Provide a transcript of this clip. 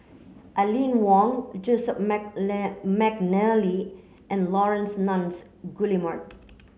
Aline Wong Joseph Mcnally and Laurence Nunns Guillemard